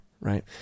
Right